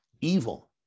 evil